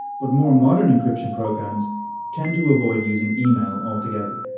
but more modern encryption programs tend to avoid using email altogether.